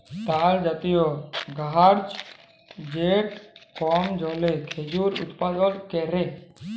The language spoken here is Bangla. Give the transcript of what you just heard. তালজাতীয় গাহাচ যেট কম জলে খেজুর উৎপাদল ক্যরে